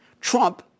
Trump